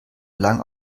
lang